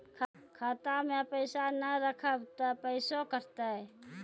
खाता मे पैसा ने रखब ते पैसों कटते?